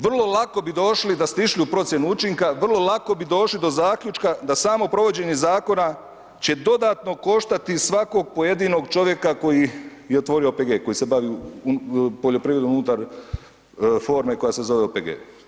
Vrlo lako bi došli da ste išli u procjenu učinka, vrlo lako bi došli do zaključka da samo provođenje zakona će dodatno koštati svakog pojedinog čovjeka koji je otvorio OPG, koji se bavi poljoprivrednom unutar forme koja se zove OPG.